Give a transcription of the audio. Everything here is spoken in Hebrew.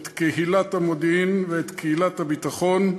את קהילת המודיעין ואת קהילת הביטחון,